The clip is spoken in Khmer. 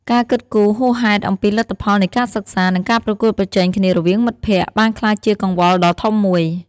ការគិតគូរហួសហេតុអំពីលទ្ធផលនៃការសិក្សា និងការប្រកួតប្រជែងគ្នារវាងមិត្តភ័ក្តិបានក្លាយជាកង្វល់ដ៏ធំមួយ។